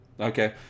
Okay